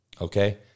okay